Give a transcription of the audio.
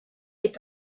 est